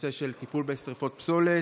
הנושא של טיפול בשרפות פסולת?